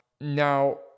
now